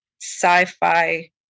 sci-fi